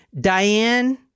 Diane